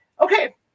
Okay